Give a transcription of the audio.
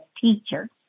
teacher